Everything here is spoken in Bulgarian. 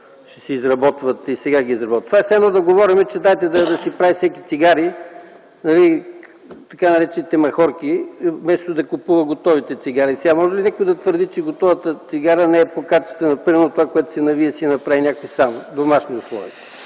ще си изработват и сега изработват... Това е все едно да говорим, че дайте да си прави всеки цигари, така наречените махорки, вместо да купува готовите цигари. Може ли някой да твърди, че готовата цигара не е по-качествена от това, което си навие и направи някой сам в домашни условия?